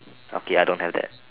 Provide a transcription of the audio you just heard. okay I don't have that